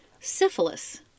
syphilis